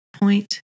point